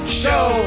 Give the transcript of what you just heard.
show